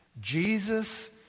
Jesus